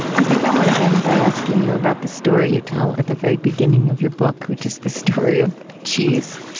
i think i want to end by asking you about the story you tell at the very beginning of your book, which is the story of cheese.